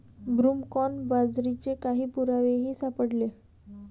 broomcorn बाजरीचे काही पुरावेही सापडले